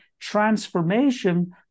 transformation